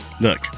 look